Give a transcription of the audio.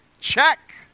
Check